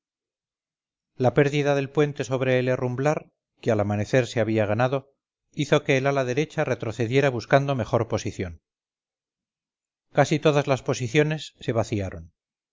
la pérdida del puente sobre el herrumblar que al amanecer se había ganado hizo que el ala derecha retrocediera buscando mejor posición casi todas las posiciones se variaron